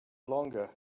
longer